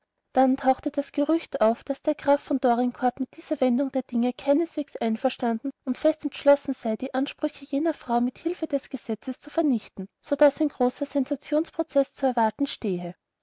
dann tauchte das gerücht auf daß der graf von dorincourt mit dieser wendung der dinge keineswegs einverstanden und fest entschlossen sei die ansprüche jener frau mit hilfe des gesetzes zu vernichten so daß ein großer sensationsprozeß zu erwarten stehe